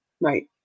Right